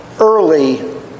early